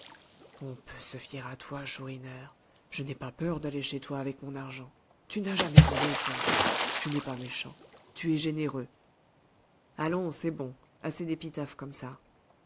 on peut se fier à toi chourineur je n'ai pas peur d'aller chez toi avec mon argent tu n'as jamais volé toi tu n'es pas méchant tu es généreux allons c'est bon assez d'épitaphes comme ça